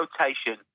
rotation